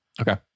Okay